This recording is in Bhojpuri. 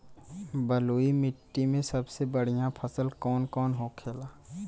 बलुई मिट्टी में सबसे बढ़ियां फसल कौन कौन होखेला?